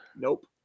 Nope